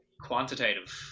quantitative